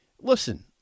listen